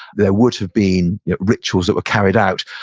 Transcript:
there would have been rituals that were carried out,